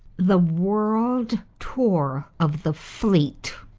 the world tour of the fleet.